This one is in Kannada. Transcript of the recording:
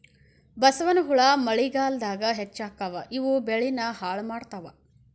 ಬಸವನಹುಳಾ ಮಳಿಗಾಲದಾಗ ಹೆಚ್ಚಕ್ಕಾವ ಇವು ಬೆಳಿನ ಹಾಳ ಮಾಡತಾವ